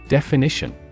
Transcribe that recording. Definition